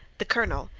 the colonel,